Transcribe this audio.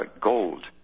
gold